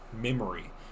Memory